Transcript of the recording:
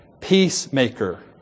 Peacemaker